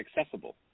accessible